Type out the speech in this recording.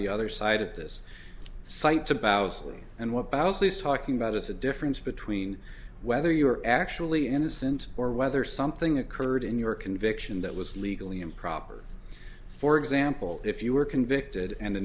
the other side at this site to bow sleep and what about these talking about is the difference between whether you are actually innocent or whether something occurred in your conviction that was legally improper for example if you were convicted and the